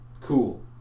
cool